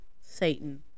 Satan